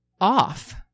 off